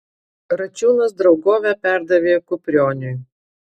račiūnas draugovę perdavė kuprioniui